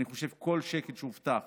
אני חושב שכל שקל שהובטח